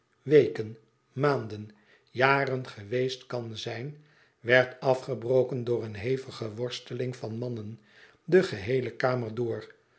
weken maanden jaren geweest kan zijn werd afgebroken door eene hevige worsteling van maimen de geheele kamer door